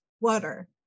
water